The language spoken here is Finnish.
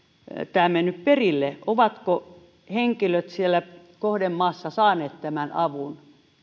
tämä mennyt perille ovatko henkilöt siellä kohdemaassa saaneet tämän avun